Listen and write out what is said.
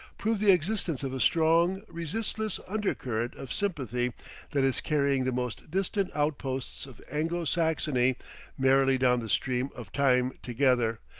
prove the existence of a strong, resistless undercurrent of sympathy that is carrying the most distant outposts of anglo-saxony merrily down the stream of time together,